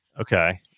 Okay